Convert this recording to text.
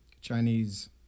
Chinese